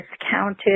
discounted